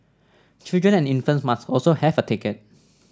children and infants must also have a ticket